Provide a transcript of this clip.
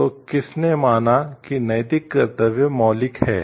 तो किसने माना कि नैतिक कर्तव्य मौलिक हैं